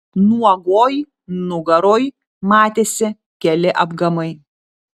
nuogoj nugaroj matėsi keli apgamai